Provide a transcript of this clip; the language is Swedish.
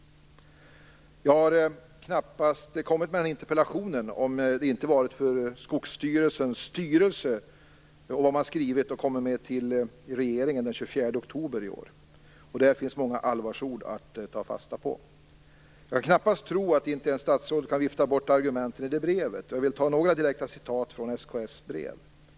Jag hade knappast framställt min interpellation om inte Skogsstyrelsens styrelse hade kommit in med sin skrivelse till regeringen den 24 oktober i år. Där finns många allvarsord att ta fasta på. Jag kan svårligen tro att ens statsrådet kan vifta bort argumenten i detta brev. Jag vill anföra ett direkt citat från SKS:s brev.